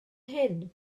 hyn